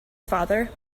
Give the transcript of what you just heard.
father